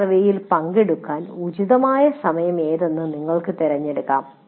ഈ സർവേയിൽ പങ്കെടുക്കാൻ ഉചിതമായ സമയം ഏതെന്ന് നിങ്ങൾക്ക് തിരഞ്ഞെടുക്കാം